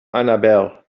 annabelle